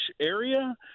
area